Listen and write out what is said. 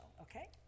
okay